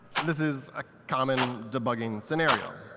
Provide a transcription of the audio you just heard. this is a common debugging scenario.